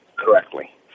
correctly